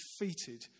defeated